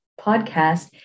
podcast